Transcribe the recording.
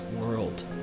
world